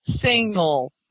single